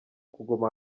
kuguma